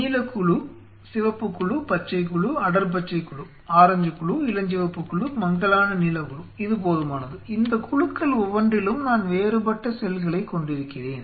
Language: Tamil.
நீல குழு சிவப்பு குழு பச்சை குழு அடர்பச்சை குழு ஆரஞ்சு குழு இளஞ்சிவப்பு குழு மங்கலான நீல குழு இது போதுமானது இந்த குழுக்கள் ஒவ்வொன்றிலும் நான் வேறுபட்ட செல்களைக் கொண்டிருக்கிறேன்